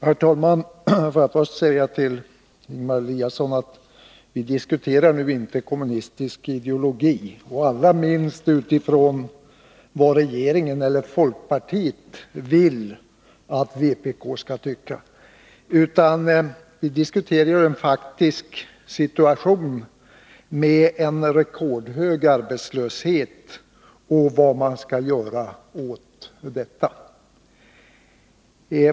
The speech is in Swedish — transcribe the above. Herr talman! Får jag först säga till Ingemar Eliasson att vi nu inte diskuterar kommunistisk ideologi, allra minst utifrån vad regeringen eller folkpartiet vill att vpk skall tycka. Vi diskuterar i stället en faktisk situation med en rekordhög arbetslöshet och vad vi skall göra åt detta.